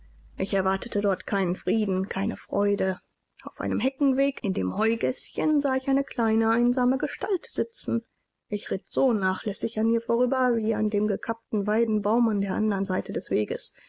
ich erwartete dort keinen frieden keine freude auf einem heckenweg in dem heugäßchen sah ich eine kleine einsame gestalt sitzen ich ritt so nachlässig an ihr vorüber wie an dem gekappten weidenbaum an der andern seite des weges